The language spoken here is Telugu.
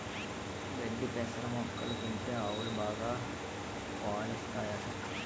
గడ్డి పెసర మొక్కలు తింటే ఆవులు బాగా పాలుస్తాయట